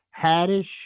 Haddish